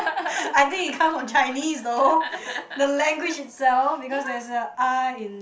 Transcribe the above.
I think it comes from Chinese though the language itself because there's a ah in